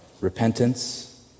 repentance